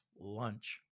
lunch